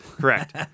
Correct